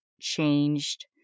changed